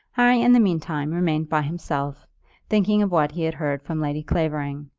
harry in the meantime remained by himself thinking of what he had heard from lady clavering.